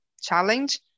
challenge